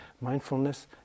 mindfulness